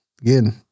again